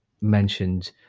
mentioned